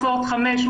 ספורט 5,